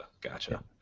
Gotcha